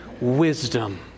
wisdom